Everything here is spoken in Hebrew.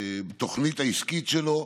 התוכנית העסקית שלו,